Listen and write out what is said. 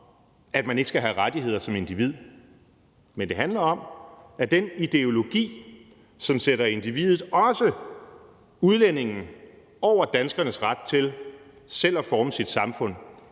at man ikke skal have rettigheder som individ, men det handler om, at den ideologi, som sætter individet, også udlændingen, over danskernes ret til selv at forme deres samfund